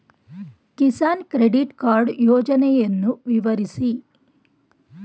Kisan credit card ಯೋಜನೆಯನ್ನು ವಿವರಿಸಿ?